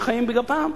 גם לאלה שחיים בגפם.